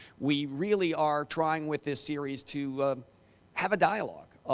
we really are trying with this series to have a dialogue,